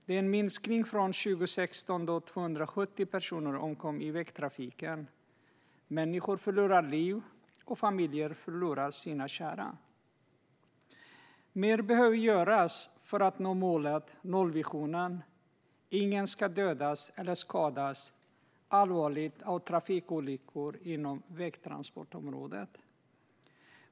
Det är en minskning från 2016, då 270 personer omkom i vägtrafiken. Människor förlorar liv, och familjer förlorar sina kära. Mer behöver göras för att nå det mål som nollvisionen anger: Ingen ska dödas eller skadas allvarligt av trafikolyckor inom vägtransportområdet.